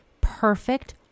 perfect